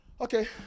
Okay